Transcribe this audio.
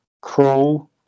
crawl